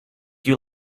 you